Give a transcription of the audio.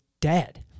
dead